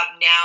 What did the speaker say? now